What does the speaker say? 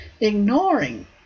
ignoring